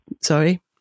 Sorry